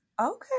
Okay